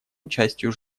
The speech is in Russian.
участию